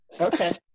Okay